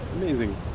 Amazing